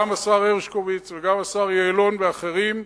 גם השר הרשקוביץ וגם השר יעלון, ואחרים,